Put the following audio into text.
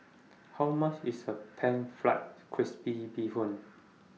How much IS A Pan Fried Crispy Bee Hoon